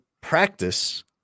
practice